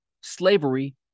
slavery